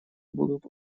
будут